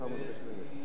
אי-אפשר כל הזמן רק לבוא,